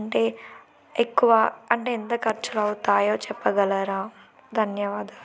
అంటే ఎక్కువ అంటే ఎంత ఖర్చులు అవుతాయో చెప్పగలరా ధన్యవాదాలు